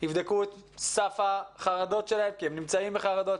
יבדקו את סף החרדות שלהם כי הם נמצאים בחרדות,